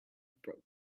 broke